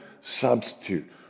substitute